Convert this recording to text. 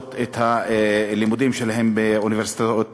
את הלימודים שלהם באוניברסיטאות בארץ.